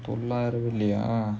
எல்லோரும்:ellorum ah